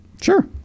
Sure